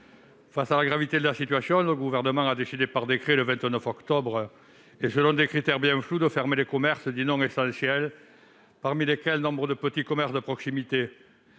Face à la gravité de la situation, le Gouvernement a décidé par décret, le 29 octobre dernier, et selon des critères bien flous, de fermer les commerces dits « non essentiels », parmi lesquels nombre de petits commerces de proximité.